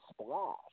splash